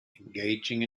engaging